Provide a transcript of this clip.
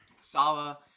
Salah